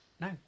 No